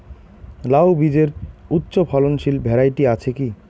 লাউ বীজের উচ্চ ফলনশীল ভ্যারাইটি আছে কী?